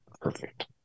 perfect